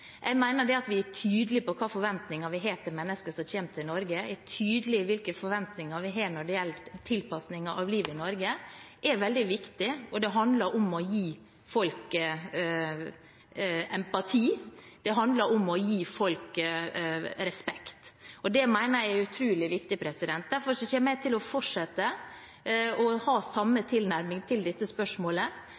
Jeg mener at vi er tydelige på hvilke forventninger vi har til mennesker som kommer til Norge, er tydelige på hvilke forventninger vi har når det gjelder tilpasning av livet i Norge. Det er veldig viktig, og det handler om å vise folk empati. Det handler om å vise folk respekt. Det mener jeg er utrolig viktig. Derfor kommer jeg til å fortsette å ha samme tilnærming til dette spørsmålet.